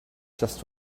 just